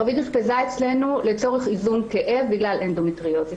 רביד אושפזה אצלנו לצורך איזון כאב בגלל אנדומטריוזיס,